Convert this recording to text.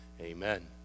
Amen